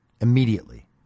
Immediately